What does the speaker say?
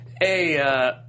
hey